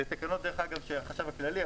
אלה תקנות של החשב הכללי,